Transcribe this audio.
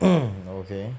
okay